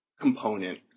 component